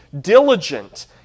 diligent